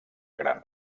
gran